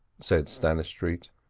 said stannistreet.